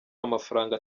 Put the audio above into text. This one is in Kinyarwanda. amafaranga